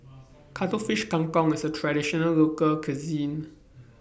Cuttlefish Kang Kong IS A Traditional Local Cuisine